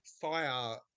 fire